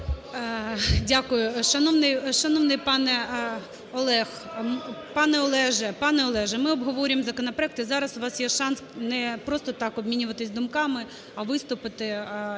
Пане Олеже! Пане Олеже, ми обговорюємо законопроект, і зараз у вас є шанс не просто так обмінюватись думками, а виступити,